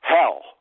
hell